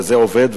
וזה עובד,